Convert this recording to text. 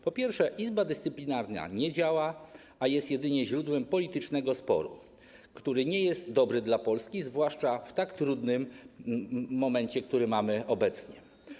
Po pierwsze, Izba Dyscyplinarna nie działa, a jest jedynie źródłem politycznego sporu, który nie jest dobry dla Polski, zwłaszcza w tak trudnym momencie, w którym jesteśmy obecnie.